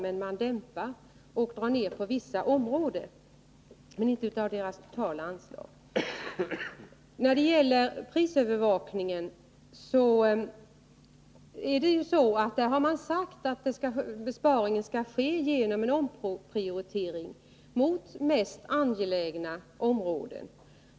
Man dämpar och drar ner på vissa områden, men man minskar inte det totala anslaget. När det gäller prisövervakningen har man sagt att besparingen skall ske genom en omprioritering mot mest angelägna områden.